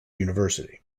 university